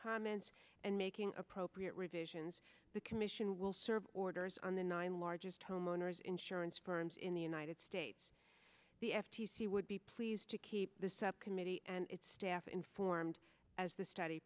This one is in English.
comments and making appropriate revisions the commission will serve orders on the nine largest homeowners insurance firms in the united states the f t c would be pleased to keep the subcommittee and its staff informed as the study